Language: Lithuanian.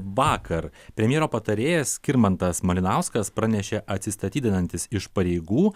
vakar premjero patarėjas skirmantas malinauskas pranešė atsistatydinantis iš pareigų